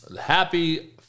Happy